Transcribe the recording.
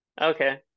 Okay